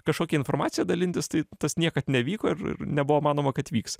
kažkokia informacija dalintis tai tas niekad nevyko ir ir nebuvo manoma kad vyks